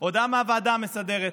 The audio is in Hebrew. מהוועדה המסדרת,